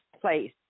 place